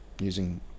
using